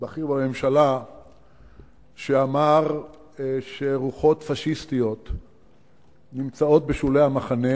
בכיר בממשלה שאמר שרוחות פאשיסטיות נמצאות בשולי המחנה.